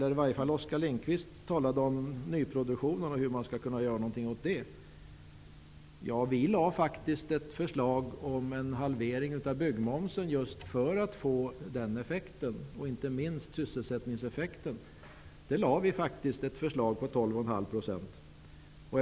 Oskar Lindkvist talade om hur man skulle kunna göra någonting åt nyproduktionen. Vi lade faktiskt fram ett förslag om en halvering av byggmomsen, inte minst för att åstadkomma en sysselsättningseffekt. Vi lade faktiskt fram ett förslag om att byggmomsen skulle uppgå till 12,5 %.